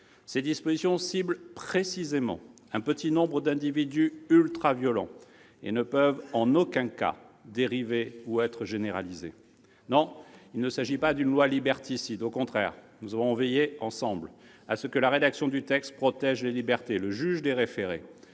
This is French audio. Ces dispositions ciblent précisément un petit nombre d'individus ultra-violents et ne peuvent, en aucun cas, dériver ou être généralisées. Non, il ne s'agit pas d'une proposition de loi liberticide. Au contraire, nous avons veillé, ensemble, à ce que la rédaction du texte protège les libertés. Le juge des référés